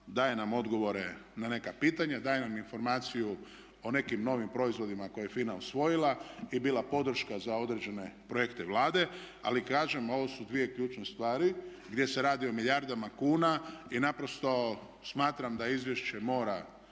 Daje nam odgovore na neka pitanja, daje nam informaciju o nekim novim proizvodima koje je FINA usvojila i bila podrška za određene projekte Vlade. Ali kažem ovo su dvije ključne stvari gdje se radi o milijardama kuna i naprosto smatram da izvješće mora,